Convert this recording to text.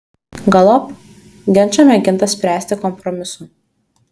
galop ginčą mėginta spręsti kompromisu